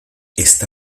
esta